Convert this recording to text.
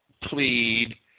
plead